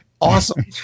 Awesome